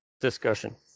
discussion